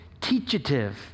teachative